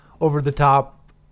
over-the-top